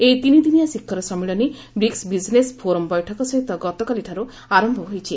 ଏହି ତିନିଦିନିଆ ଶିଖର ସମ୍ମିଳନୀ ବ୍ରିକୁ ବିଜ୍ନେସ୍ ଫୋରମ୍ ଫେଠକ ସହିତ ଗତକାଲିଠାରୁ ଆରମ୍ଭ ହୋଇଛି